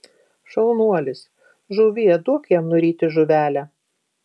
šaunuolis žuvie duok jam nuryti žuvelę